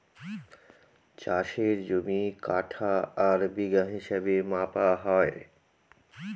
চাষের জমি কাঠা আর বিঘা হিসাবে মাপা হয়